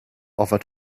offered